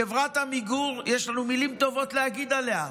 חברת עמיגור, יש לנו מילים טובות להגיד עליה,